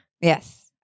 Yes